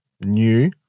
new